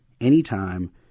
anytime